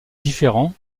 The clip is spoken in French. différents